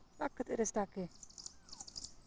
रक्ख तेरे सटाके